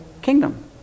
kingdom